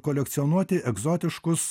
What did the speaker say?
kolekcionuoti egzotiškus